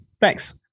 Thanks